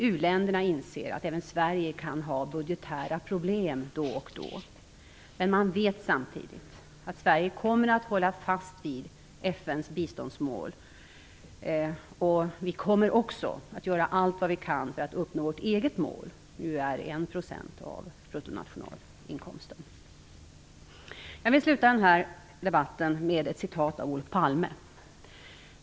U-länderna inser att även Sverige kan ha budgetära problem då och då, men man vet samtidigt att Sverige kommer att hålla fast vid FN:s biståndsmål. Vi kommer också att göra allt vad vi kan för att uppnå vårt eget mål, som ju är 1 % av bruttonationalinkomsten. Jag vill sluta den här debatten med ett citat av Olof Palme.